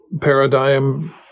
paradigm